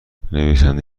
نویسنده